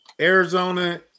Arizona